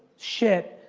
shit.